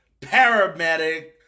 paramedic